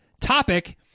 topic